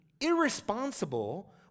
irresponsible